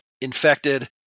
infected